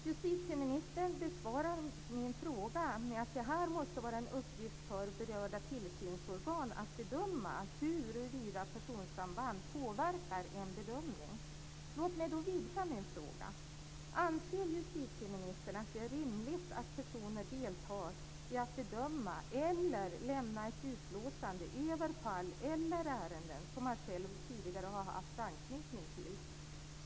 Justitieministern besvarar min fråga med att det måste vara en uppgift för berörda tillsynsorgan att bedöma huruvida personsamband påverkar en bedömning. Låt mig då vidga min fråga. Anser justitieministern att det är rimligt att personer deltar i att bedöma eller lämna ett utlåtande över fall eller ärenden som de själva tidigare har haft anknytning till?